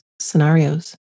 scenarios